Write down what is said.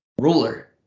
ruler